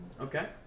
Okay